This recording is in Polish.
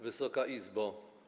Wysoka Izbo!